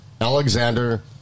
Alexander